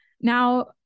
Now